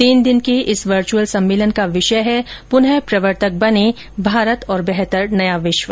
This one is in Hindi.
तीन दिन के इस वर्चुअल सम्मेलन का विषय है पुनः प्रवर्तक बनें भारत और बेहतर नया विश्व